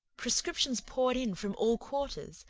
prescriptions poured in from all quarters,